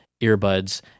earbuds